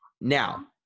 now